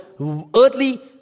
earthly